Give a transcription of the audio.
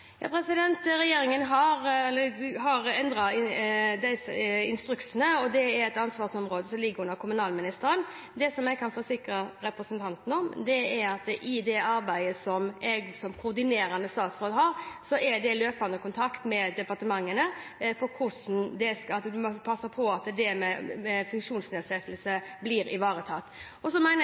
Regjeringen har endret instruksene, og det er et ansvarsområde som ligger under kommunalministeren. Det som jeg kan forsikre representanten om, er at i det arbeidet som jeg som koordinerende statsråd har, er det løpende kontakt med departementene angående det å passe på at de med funksjonsnedsettelse blir ivaretatt. Så mener jeg